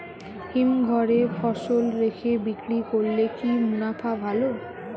হিমঘরে ফসল রেখে বিক্রি করলে কি মুনাফা ভালো?